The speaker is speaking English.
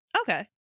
Okay